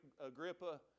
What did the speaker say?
Agrippa